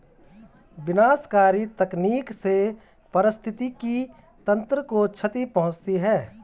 विनाशकारी तकनीक से पारिस्थितिकी तंत्र को क्षति पहुँचती है